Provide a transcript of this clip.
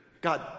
God